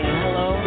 hello